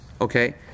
okay